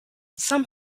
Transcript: some